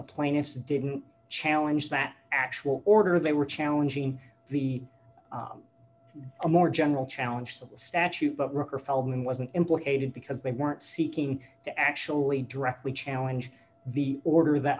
the plaintiffs didn't challenge that actual order they were challenging the a more general challenge the statute but ricker feldman wasn't implicated because they weren't seeking to actually directly challenge the order that